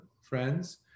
friends